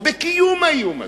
או בקיום האיום הזה?